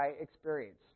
experience